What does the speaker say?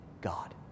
God